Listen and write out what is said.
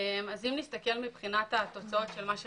אם נסתכל מבחינת התוצאות של מה שראינו,